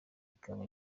ikaba